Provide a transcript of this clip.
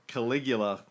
Caligula